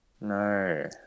No